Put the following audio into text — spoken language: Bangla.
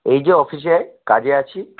এই যে অফিসে কাজে আছি